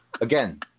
again